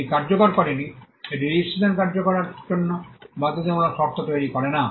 এটি কার্যকর করেনি এটি রেজিস্ট্রেশন কার্যকর করার জন্য বাধ্যতামূলক শর্ত তৈরি করে না